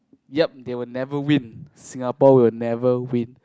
ya they will never win Singapore will never win